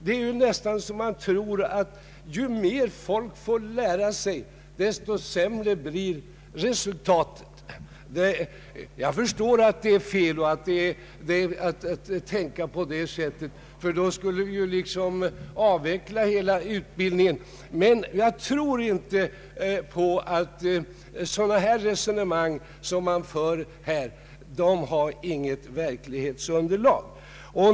Man tror nästan att ju mera folk får lära sig, desto sämre blir resultatet. Jag förstår att det är fel att tänka på det sättet, ty då skulle vi kunna avveckla all utbildning. Men de resonemang som här förs har inte något verklighetsunderlag.